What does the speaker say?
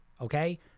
okay